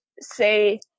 say